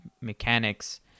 mechanics